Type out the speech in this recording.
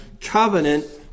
covenant